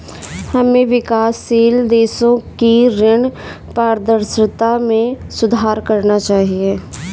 हमें विकासशील देशों की ऋण पारदर्शिता में सुधार करना चाहिए